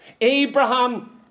Abraham